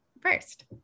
first